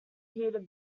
heated